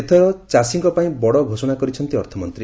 ଏଥର ଚାଷୀଙ୍କ ପାଇଁ ବଡ଼ ଘୋଷଣା କରିଛନ୍ତି ଅର୍ଥମନ୍ତୀ